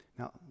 Now